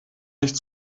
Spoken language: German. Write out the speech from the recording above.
nicht